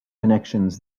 connections